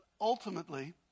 ultimately